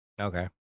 Okay